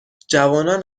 جوانان